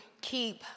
keep